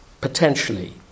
potentially